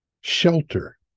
Shelter